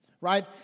Right